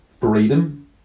freedom